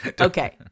okay